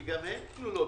כי גם הן כלולות.